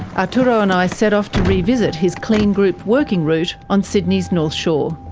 arturo and i set off to revisit his kleen group working route on sydney's north shore.